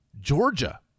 Georgia